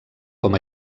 com